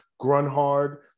Grunhard